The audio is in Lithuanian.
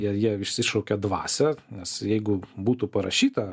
jie jie išsišaukia dvasią nes jeigu būtų parašyta